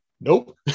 Nope